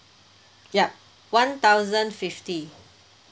ya one thousand fifty